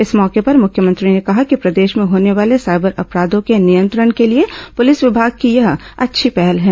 इस मौके पर मुख्यमंत्री ने कहा कि प्रदेश में होने वाले साइबर अपराधों के नियंत्रण के लिए पुलिस विभाग की यह अच्छी पहल हैं